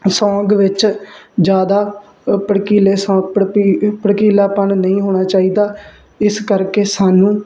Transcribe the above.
song ਵਿੱਚ ਜਿਆਦਾ ਭੜਕੀਲੇ ਸੋ ਭੜਕੀਲ ਭੜਕੀਲਾਪਣ ਨਹੀਂ ਹੋਣਾ ਚਾਹੀਦਾ ਇਸ ਕਰਕੇ ਸਾਨੂੰ